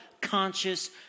conscious